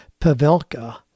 Pavelka